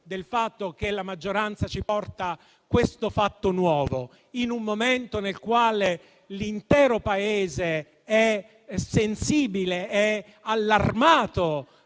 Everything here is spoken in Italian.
del fatto che la maggioranza ci porta questo fatto nuovo ciò in un momento nel quale l'intero Paese è sensibile e allarmato